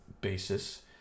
basis